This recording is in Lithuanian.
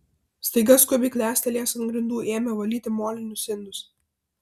staiga skubiai klestelėjęs ant grindų ėmė valyti molinius indus